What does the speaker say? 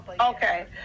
Okay